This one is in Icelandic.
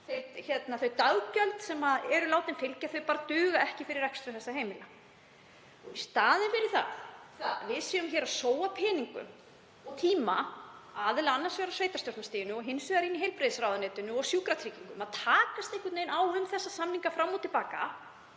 Þau daggjöld sem eru látin fylgja duga bara ekki fyrir rekstri þessara heimila. Í staðinn fyrir að við séum að sóa peningum, tíma aðila, annars vegar á sveitarstjórnarstiginu og hins vegar í heilbrigðisráðuneytinu og sjúkratryggingum, að takast einhvern veginn á um þessa samninga fram og til baka,